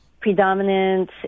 predominant